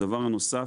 הדבר הנוסף